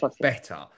better